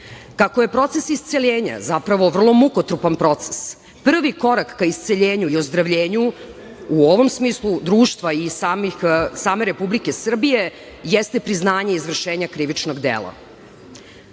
Kako je proces isceljenja zapravo vrlo mukotrpan proces prvi korak ka isceljenju i ozdravljenju u ovom smislu društva i same Republike Srbije jeste priznanje izvršenja krivičnog dela. Način